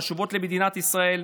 חשובות למדינת ישראל,